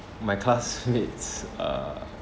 my classmates uh